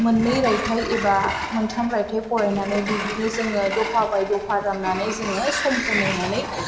मोननै रायथाइ एबा मोनथाम रायथाइ फरायनानै बिब्दिनो जोङो दफा बाय दफा रोंनानै जोङो समखौ नायनानै